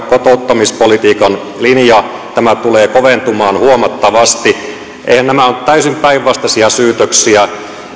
kotouttamispolitiikan linja tulee koventumaan huomattavasti nämähän ovat täysin päinvastaisia syytöksiä